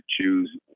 choose